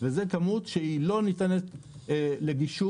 זו כמות שלא ניתנת לגישור.